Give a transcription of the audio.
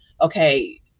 okay